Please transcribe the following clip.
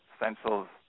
essentials